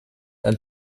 ein